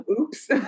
Oops